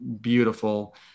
beautiful